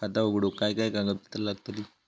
खाता उघडूक काय काय कागदपत्रा लागतली?